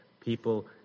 People